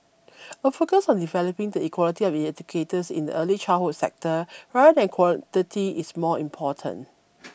a focus on developing the quality of educators in the early childhood sector rather than quantity is more important